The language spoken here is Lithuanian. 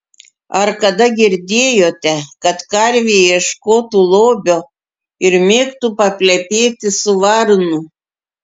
ar kada girdėjote kad karvė ieškotų lobio ir mėgtų paplepėti su varnu